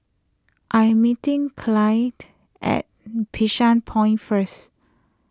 I am meeting Clyde at Bishan Point first